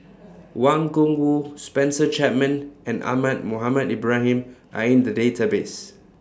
Wang Gungwu Spencer Chapman and Ahmad Mohamed Ibrahim Are in The Database